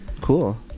Cool